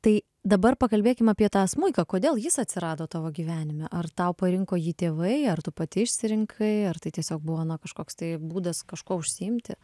tai dabar pakalbėkim apie tą smuiką kodėl jis atsirado tavo gyvenime ar tau parinko jį tėvai ar tu pati išsirinkai ar tai tiesiog buvo na kažkoks tai būdas kažkuo užsiimti